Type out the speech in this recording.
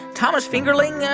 thomas fingerling,